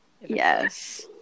Yes